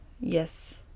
Yes